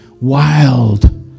wild